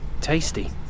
tasty